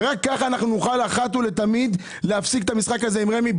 רק ככה נוכל להפסיק אחת ולתמיד את המשחק הזה עם רמ"י,